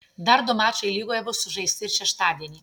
dar du mačai lygoje bus sužaisti ir šeštadienį